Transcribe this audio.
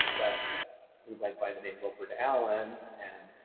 but he went by the name wilford allan and